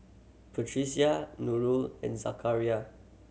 Batrisya Nurul and Zakaria